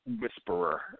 whisperer